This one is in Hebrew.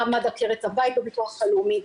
מה מעמד עקרת הבית בביטוח הלאומי,